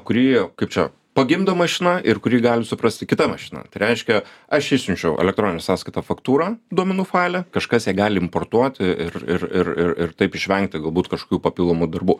kurį kaip čia pagimdo mašina ir kurį gali suprasti kita mašina reiškia aš išsiunčiau elektroninę sąskaitą faktūrą duomenų faile kažkas ją gali importuoti ir ir ir ir ir taip išvengti galbūt kažkokių papildomų darbų